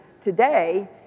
today